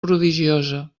prodigiosa